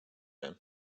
him